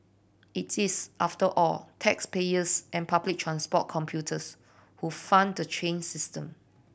it is after all taxpayers and public transport computers who fund the train system